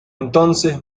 entonces